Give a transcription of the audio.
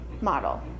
model